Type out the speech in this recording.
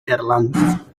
erlanz